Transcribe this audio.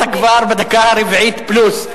את כבר בדקה הרביעית פלוס.